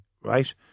right